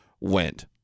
went